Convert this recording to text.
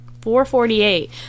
448